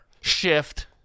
Shift